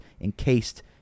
encased